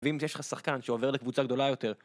ואם יש לך שחקן שעובר לקבוצה גדולה יותר